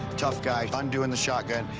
tough guy, undoing the shotgun,